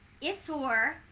Isor